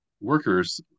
workers